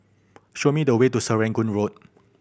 show me the way to Serangoon Road